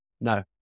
No